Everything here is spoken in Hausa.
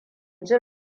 jin